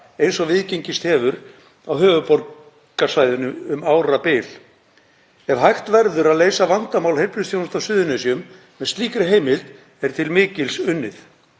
eins og viðgengist hefur á höfuðborgarsvæðinu um árabil. Ef hægt verður að leysa vandamál heilbrigðisþjónustu á Suðurnesjum með slíkri heimild er til mikils unnið.